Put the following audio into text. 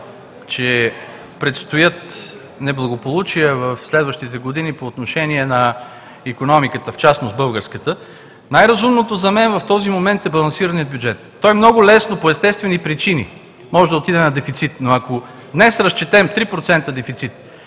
че предстоят неблагополучия в следващите години по отношение на икономиката, в частност българската, най-разумното за мен в този момент е балансираният бюджет. Той много лесно по естествени причини може да отиде на дефицит, но ако днес разчетем 3% дефицит